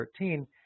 13